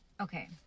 Okay